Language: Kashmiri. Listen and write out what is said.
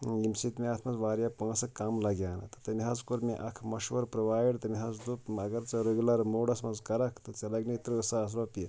ییٚمہِ سۭتۍ مےٚ اَتھ منٛز واریاہ پونٛسہٕ کَم لَگہِ ہان اَتھ تہٕ تٔمۍ حظ کوٚر مےٚ اَکھ مَشوَر پرٛووایڈ تٔمۍ حظ دوٚپ اگر ژٕ رگیولَر موڈَس منٛز کَرَکھ تہٕ ژےٚ لَگنے تٕرٛہ ساس رۄپیہِ